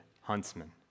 huntsman